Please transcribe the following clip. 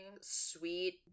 sweet